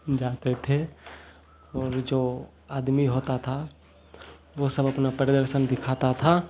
जाते थे और जो आदमी होता था वो सब अपना प्रदर्शन दिखाता था